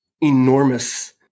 enormous